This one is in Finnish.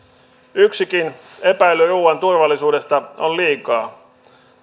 yksikin epäily ruuan turvallisuudesta on liikaa